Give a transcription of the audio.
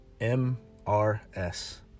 M-R-S